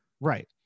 Right